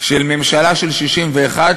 של ממשלה של 61,